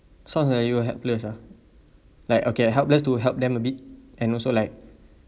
sounds like you are helpless ah like okay helpless to help them a bit and also like